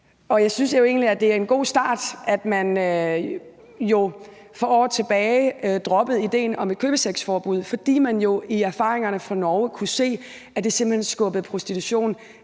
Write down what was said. det er en god start, at man for år tilbage droppede idéen om et købesexforbud, fordi man jo fra erfaringerne fra Norge kunne se, at det simpelt hen skubbede prostitution